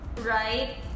Right